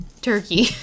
turkey